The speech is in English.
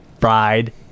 fried